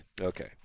Okay